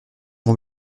mon